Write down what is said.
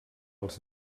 als